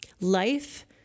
Life